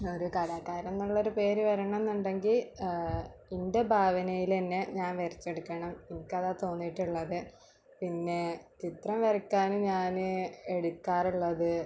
ഒരു കലാകാരൻ എന്നുള്ളൊരു പേര് വരണം എന്നുണ്ടെങ്കിൽ എൻ്റെ ഭവനയിൽ തന്നെ ഞാൻ വരച്ചെടുക്കണം എനിക്കതാണ് തോന്നിയിട്ടുള്ളത് പിന്നെ ചിത്രം വരയ്ക്കാനും ഞാന് എടുക്കാറുള്ളത്